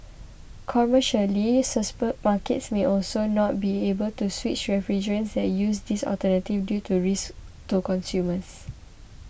commercially markets may also not be able switch refrigerants that use these alternatives due to risks to consumers